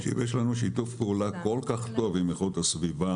אם יש לנו שיתוף פעולה כל כך טוב עם איכות הסביבה,